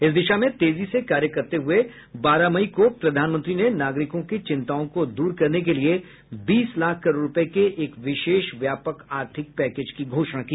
इस दिशा में तेजी से कार्य करते हुए बारह मई को प्रधानमंत्री ने नागरिकों की चिन्ताओं को दूर करने के लिए बीस लाख करोड़ रुपये के एक विशेष व्यापक आर्थिक पैकेज की घोषणा की